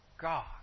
God